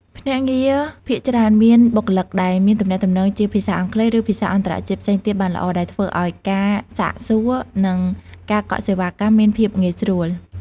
ភ្នាក់ងារភាគច្រើនមានបុគ្គលិកដែលអាចទំនាក់ទំនងជាភាសាអង់គ្លេស ឬភាសាអន្តរជាតិផ្សេងទៀតបានល្អ ដែលធ្វើឲ្យការសាកសួរ និងការកក់សេវាកម្មមានភាពងាយស្រួល។